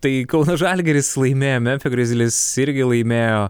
tai kauno žalgiris laimėjo memfio grizzlies irgi laimėjo